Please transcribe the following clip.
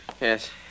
Yes